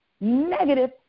Negative